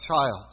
child